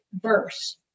verse